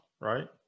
right